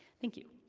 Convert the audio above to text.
thank you.